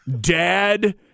dad